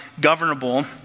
governable